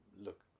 look